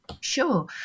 Sure